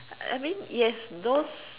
I mean yes those